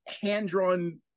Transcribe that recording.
hand-drawn